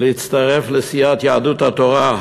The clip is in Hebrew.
להצטרף לסיעת יהדות התורה.